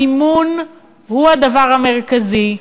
הסימון הוא הדבר המרכזי.